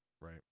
Right